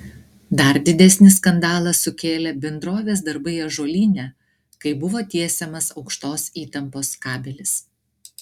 dar didesnį skandalą sukėlė bendrovės darbai ąžuolyne kai buvo tiesiamas aukštos įtampos kabelis